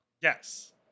Yes